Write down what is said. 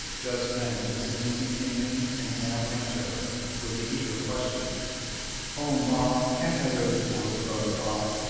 just then mrs. lincoln came in, and tad ran to her, with the eager question oh, ma! can't i go to town with brother bob?